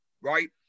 Right